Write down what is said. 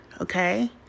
okay